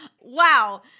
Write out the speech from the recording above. Wow